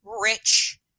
rich